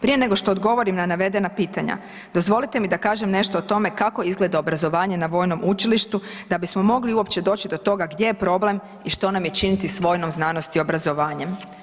Prije nego što odgovorim na navedena pitanja, dozvolite mi da kažem nešto o tome kako izgleda obrazovanje na Vojnom učilištu, da bismo mogli uopće doći do toga gdje je problem i što nam je činiti s vojnom znanosti i obrazovanjem.